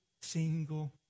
single